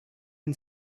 and